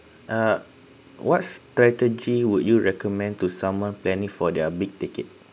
ugh what strategy would you recommend to someone planning for their big ticket